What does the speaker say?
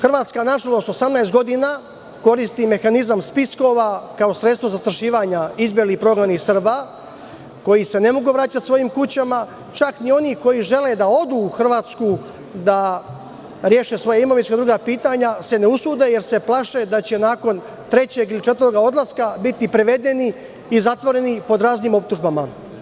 Hrvatska, nažalost, 18 godina koristi mehanizam spiskova kao sredstvo zastrašivanja izbeglih i prognanih Srba, koji se ne mogu vraćati svojim kućama, čak ni oni koji žele da odu u Hrvatsku da reše svoja imovinska i druga pitanja se ne usude, jer se plaše da će nakon trećeg ili četvrtog odlaska biti privedeni i zatvoreni pod raznim optužbama.